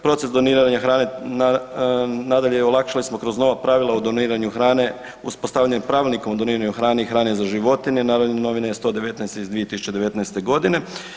Proces doniranja hrane nadalje olakšali smo kroz nova pravila o doniranju hrane uspostavljanjem pravilnika o doniranju hrane i hrane za životinje, Narodne novine 119 iz 2019. godine.